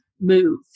move